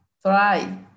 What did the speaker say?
try